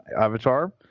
Avatar